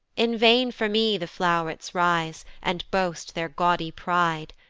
in vain for me the flow'rets rise, and boast their gaudy pride,